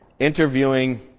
interviewing